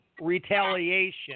Retaliation